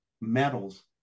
metals